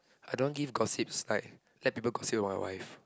I don't want give gossips like let people gossip about your wife